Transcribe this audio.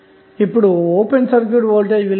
ఇప్పుడు open circuit voltage విలువ ఎంత